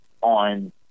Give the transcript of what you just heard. on